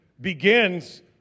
begins